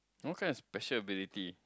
what kind of special ability